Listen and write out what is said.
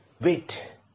Wait